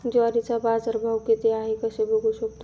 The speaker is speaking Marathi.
ज्वारीचा बाजारभाव किती आहे कसे बघू शकतो?